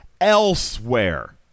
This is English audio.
elsewhere